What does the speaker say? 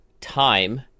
time